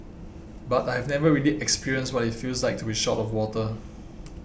but I have never really experienced what it feels like to be short of water